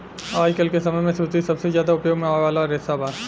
आजकल के समय में सूती सबसे ज्यादा उपयोग में आवे वाला रेशा बा